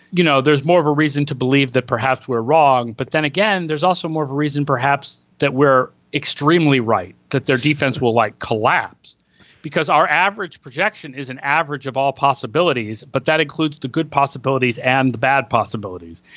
you know there's more of a reason to believe that perhaps we're wrong. but then again there's also more of a reason perhaps that we're extremely right that their defense will like collapse because our average projection is an average of all possibilities but that includes the good possibilities and the bad possibilities.